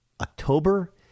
October